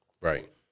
right